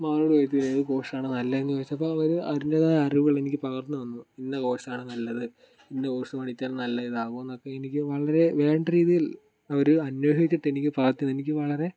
മാമനോട് ചോദിച്ചു ഏത് കോഴ്സാണ് നല്ലത് എന്ന് ചോദിച്ചപ്പോൾ അവർ അതിൻ്റെതായ അറിവുകൾ എനിക്ക് പകർന്നു തന്നു ഇന്ന കോഴ്സാണ് നല്ലത് ഇന്ന കോഴ്സ് പഠിച്ചാൽ നല്ല ഇതാകും എന്നൊക്കെ എനിക്ക് വളരെ വേണ്ട രീതിയിൽ അവർ അന്വേഷിച്ചിട്ട് എനിക്ക് പറഞ്ഞു തന്നു എനിക്ക് വളരെ